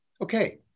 okay